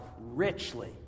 richly